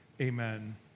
amen